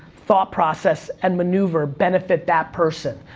thought process, and maneuver benefit that person?